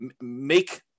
make